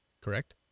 correct